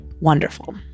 wonderful